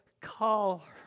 call